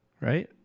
Right